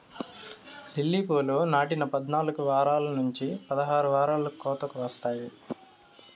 lily పూలు నాటిన పద్నాలుకు వారాల నుంచి పదహారు వారాలకు కోతకు వస్తాయి